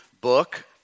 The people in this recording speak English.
book